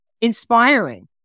inspiring